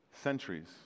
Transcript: centuries